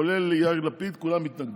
כולל יאיר לפיד, כולם התנגדו,